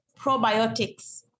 probiotics